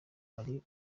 ari